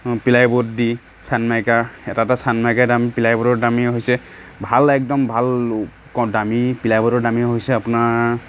ply board দি Sunmica এটা এটা চানমাইকাৰ দাম পিলাই বৰ্ডৰ দামেই হৈছে ভাল একদম ভাল দামী পিলাই বৰ্ডৰ দামেই হৈছে আপোনাৰ